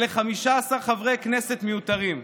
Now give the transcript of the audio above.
אלה 15 חברי כנסת מיותרים,